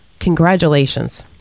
congratulations